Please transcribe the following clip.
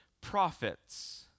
prophets